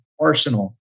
Arsenal